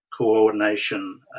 coordination